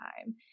time